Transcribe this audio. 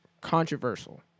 controversial